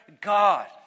God